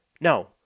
No